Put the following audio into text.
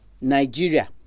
Nigeria